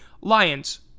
Lions